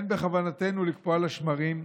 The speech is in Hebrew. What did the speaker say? אין בכוונתנו לקפוא על השמרים.